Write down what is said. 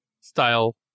style